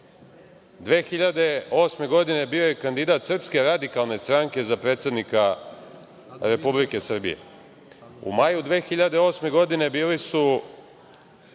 2008. bio je kandidat Srpske radikalne stranke za predsednika Republike Srbije. U maju 2008. godine bili su